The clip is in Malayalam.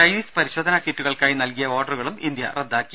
ചൈനീസ് പരിശോധനാ കിറ്റുകൾക്കായി നൽകിയ ഓർഡറുകളും ഇന്ത്യ റദ്ദാക്കി